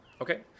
Okay